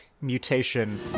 mutation